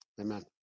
Amen